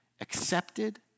accepted